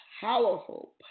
powerful